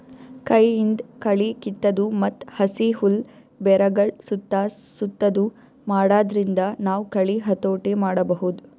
ಕೈಯಿಂದ್ ಕಳಿ ಕಿತ್ತದು ಮತ್ತ್ ಹಸಿ ಹುಲ್ಲ್ ಬೆರಗಳ್ ಸುತ್ತಾ ಸುತ್ತದು ಮಾಡಾದ್ರಿಂದ ನಾವ್ ಕಳಿ ಹತೋಟಿ ಮಾಡಬಹುದ್